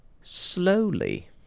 slowly